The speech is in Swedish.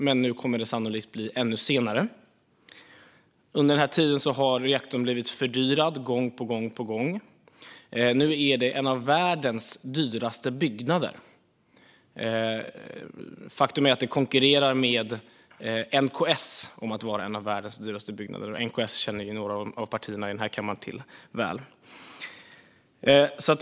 Men nu kommer det sannolikt att bli ännu senare. Under denna tid har reaktorn blivit fördyrad gång på gång. Nu är det en av världens dyraste byggnader. Faktum är att den konkurrerar med NKS om att vara en av världens dyraste byggnader, och NKS känner några av partierna i denna kammare till väl.